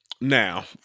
Now